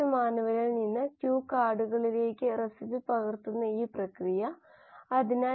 ഈ വിവിധ മൊഡ്യൂളുകളിൽ നിന്നുള്ള ചില വിശദാംശങ്ങൾ നമുക്ക് സംഗ്രഹിക്കാം